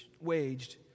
waged